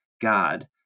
God